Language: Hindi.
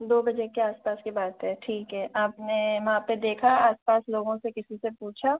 दो बजे के आसपास की बात हे ठीक है आपने वहाँ पर देखा आस पास लोगों से किसी से पूछा